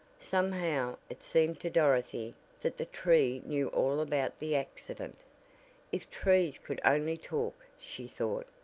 somehow, it seemed to dorothy that the tree knew all about the accident if trees could only talk, she thought.